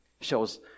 Shows